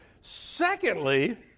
Secondly